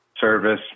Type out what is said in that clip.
service